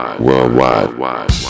Worldwide